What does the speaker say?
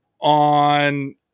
on